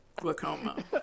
glaucoma